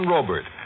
Robert